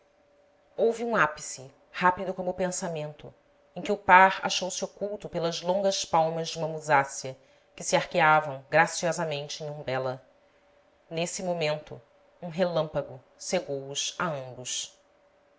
houve um ápice rápido como o pensamento em que o par achou-se oculto pelas longas palmas de uma musácea que se arqueavam graciosamente em umbela nesse momento um relâmpago cegouos a ambos